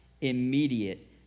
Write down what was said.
immediate